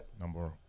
Number